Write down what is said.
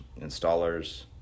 installers